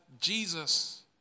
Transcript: Jesus